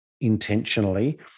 intentionally